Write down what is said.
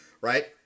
Right